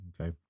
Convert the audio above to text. Okay